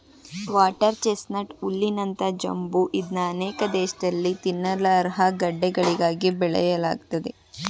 water chestnut ಹುಲ್ಲಿನಂತ ಜಂಬು ಇದ್ನ ಅನೇಕ ದೇಶ್ದಲ್ಲಿ ತಿನ್ನಲರ್ಹ ಗಡ್ಡೆಗಳಿಗಾಗಿ ಬೆಳೆಯಲಾಗ್ತದೆ